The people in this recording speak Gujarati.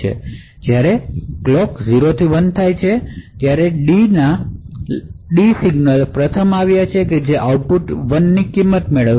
અહી D લાઇનના સિગ્નલ પ્રથમ આવ્યા છે તેથી જ્યારે ક્લોક 0 થી 1 થાય છે ત્યારે આઉટપુટ 1 હશે